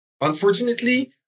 unfortunately